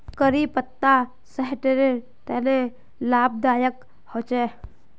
करी पत्ता सेहटर तने लाभदायक होचे